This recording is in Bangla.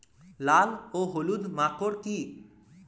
লাল ও হলুদ মাকর কী?